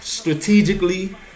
Strategically